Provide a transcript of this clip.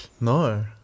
no